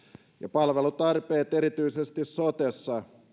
palvelutarpeet erityisesti sotessa